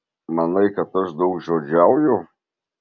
manai kad aš daugžodžiauju